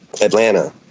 atlanta